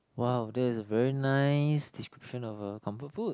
!wah! that is a very nice description of a comfort food